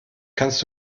kannst